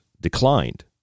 declined